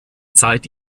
zeit